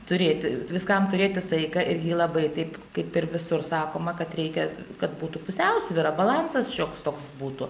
turėti ir viskam turėti saiką ir jį labai taip kaip ir visur sakoma kad reikia kad būtų pusiausvyra balansas šioks toks būtų